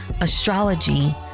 astrology